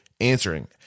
answering